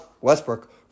Westbrook